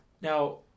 Now